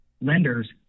lenders